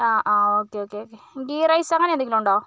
ആ ആ okay okay okay okay ghee rice അങ്ങനെയെന്തെങ്കിലുമുണ്ടോ